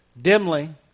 Dimly